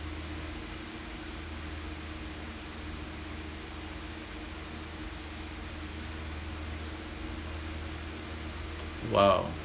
!wow!